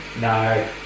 No